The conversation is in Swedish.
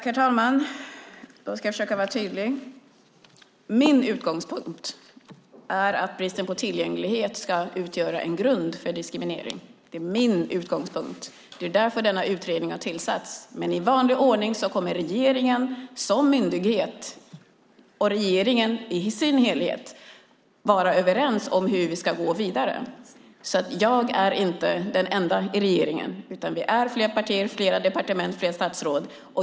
Herr talman! Jag ska försöka vara tydlig. Min utgångspunkt är att bristen på tillgänglighet ska utgöra grund för diskriminering. Det är min utgångspunkt. Det är därför denna utredning har tillsatts. I vanlig ordning kommer regeringen som myndighet, och regeringen i sin helhet, att vara överens om hur vi ska gå vidare. Jag är inte den enda i regeringen. Vi är flera partier, departement och statsråd.